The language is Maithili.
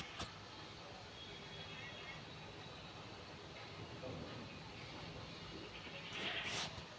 पटना मे आयकर विभागो के कार्यालय कहां छै?